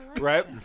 Right